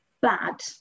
bad